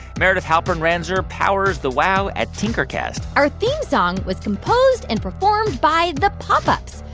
meredith halpern-ranzer powers the wow at tinkercast our theme song was composed and performed by the pop ups.